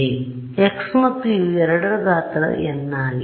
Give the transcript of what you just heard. ಆದ್ದರಿಂದ x ಮತ್ತು u ಎರಡರ ಗಾತ್ರ n ಆಗಿದೆ